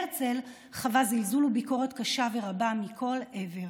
הרצל חווה זלזול וביקורת קשה ורבה מכל עבר.